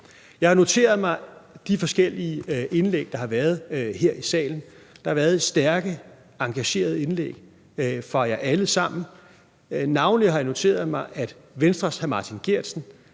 Jeg har noteret mig de forskellige indlæg, der har været her i salen. Der har været stærke, engagerede indlæg fra jer alle sammen. Navnlig har jeg noteret mig, at Venstres hr. Martin Geertsen,